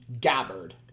Gabbard